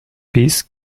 peace